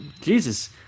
Jesus